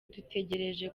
dutegereje